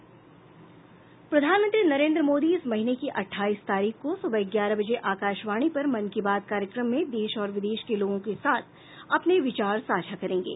प्रधानमंत्री नरेंद्र मोदी इस महीने की अठाईस तारीख को सुबह ग्यारह बजे आकाशवाणी पर मन की बात कार्यक्रम में देश और विदेश के लोगों के साथ अपने विचार साझा करेंगे